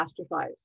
catastrophize